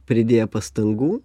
pridėję pastangų